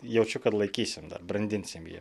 jaučiu kad laikysim dar brandinsim jį